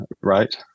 right